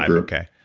um okay,